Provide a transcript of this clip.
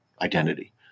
identity